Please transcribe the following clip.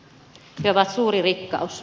he ovat suuri rikkaus